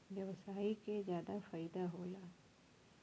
व्यवसायी के जादा फईदा होला